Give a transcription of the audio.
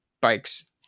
bikes